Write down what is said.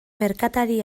merkatari